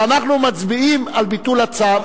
שאנחנו מצביעים על ביטול הצו,